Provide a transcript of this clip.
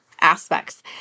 aspects